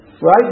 Right